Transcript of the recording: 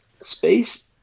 space